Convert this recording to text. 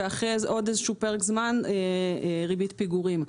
ואחרי עוד איזה שהוא פרק זמן ריבית פיגורים.